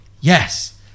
yes